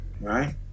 right